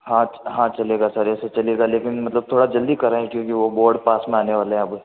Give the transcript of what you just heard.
हाँ हाँ चलेगा सर ऐसे चलेगा लेकिन मतलब थोड़ा जल्दी कराएँ क्योंकि वो बोर्ड पास में आने वाले हैं अब